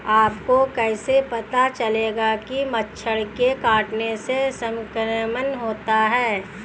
आपको कैसे पता चलेगा कि मच्छर के काटने से संक्रमण होता है?